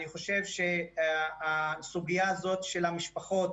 אני חושב שהסוגיה הזאת של המשפחות,